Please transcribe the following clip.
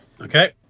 okay